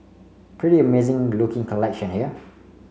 pretty amazing looking collection here